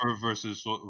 versus